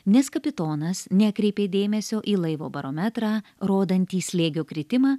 nes kapitonas nekreipė dėmesio į laivo barometrą rodantį slėgio kritimą